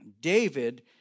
david